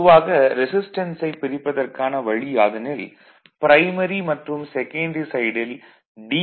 பொதுவாக ரெசிஸ்டன்ஸை பிரிப்பதற்கான வழி யாதெனில் ப்ரைமரி மற்றும் செகன்டரி சைடில் டி